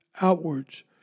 outwards